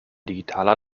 digitaler